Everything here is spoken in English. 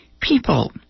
people